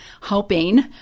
hoping